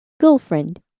girlfriend